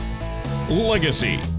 Legacy